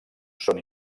són